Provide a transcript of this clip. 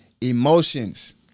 emotions